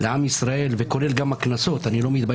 לעם ישראל וכולל הקנסות, אני לא חושב